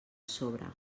sobre